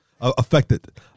affected